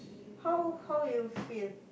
how how you feel